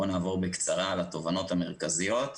בואו נעבור בקצרה על התובנות המרכזיות: